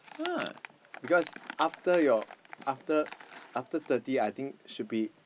because after your after after thirty I think should be